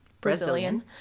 Brazilian